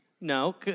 No